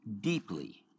deeply